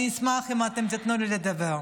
אני אשמח אם תיתנו לי לדבר.